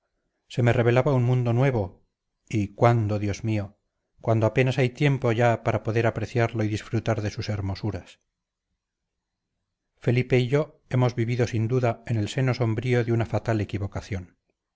se me revelaba un mundo nuevo y cuándo dios mío cuando apenas hay tiempo ya para poder apreciarlo y disfrutar de sus hermosuras felipe y yo hemos vivido sin duda en el seno sombrío de una fatal equivocación